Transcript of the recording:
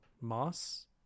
moss